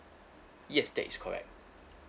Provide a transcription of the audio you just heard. yes that is correct